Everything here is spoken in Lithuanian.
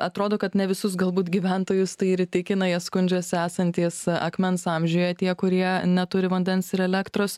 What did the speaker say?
atrodo kad ne visus galbūt gyventojus tai ir įtikina jie skundžiasi esantys akmens amžiuje tie kurie neturi vandens ir elektros